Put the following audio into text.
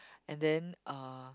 and then uh